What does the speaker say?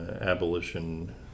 abolition